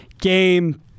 game